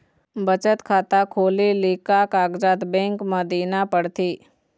बचत खाता खोले ले का कागजात बैंक म देना पड़थे?